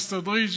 מסתדרים,